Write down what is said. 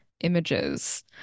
images